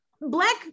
Black